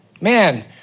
man